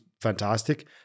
fantastic